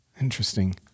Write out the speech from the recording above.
Interesting